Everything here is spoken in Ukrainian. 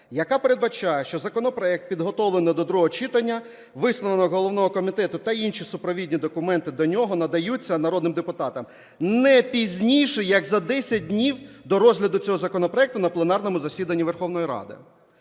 яка передбачає, що законопроект, підготовлений до другого читання, висновок головного комітету та інші супровідні документи до нього надаються народним депутатам не пізніше як за 10 днів до розгляду цього законопроекту на пленарному засіданні Верховної Ради.